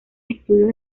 estudios